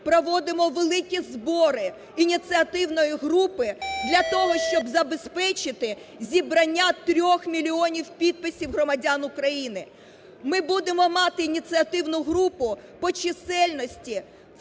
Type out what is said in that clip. проводимо великі збори ініціативної групи для того, щоб забезпечити зібрання 3 мільйонів підписів громадян України. Ми будемо мати ініціативну групу по чисельності